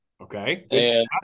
Okay